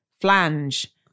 flange